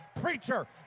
Preacher